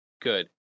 Good